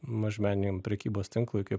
mažmeniniem prekybos tinklui kaip